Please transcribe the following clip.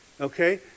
Okay